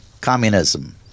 communism